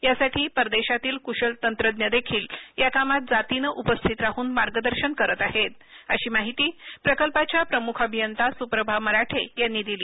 यासाठी परदेशातील कुशल तंत्रज्ञ देखील या कामात जातीनं उपस्थित राहून मार्गदर्शन करीत आहेत अशी माहिती प्रकल्पाच्या प्रमुख अभियंता सुप्रभा मराठे यांनी दिली